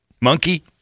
Monkey